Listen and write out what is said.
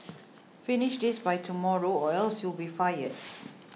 finish this by tomorrow or else you'll be fired